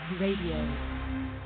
Radio